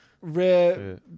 rare